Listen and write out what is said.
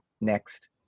next